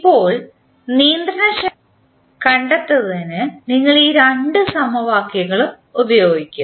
ഇപ്പോൾ നിയന്ത്രണക്ഷമത കണ്ടെത്തുന്നതിന് നിങ്ങൾ ഈ രണ്ട് സമവാക്യങ്ങളും ഉപയോഗിക്കും